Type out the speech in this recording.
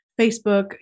Facebook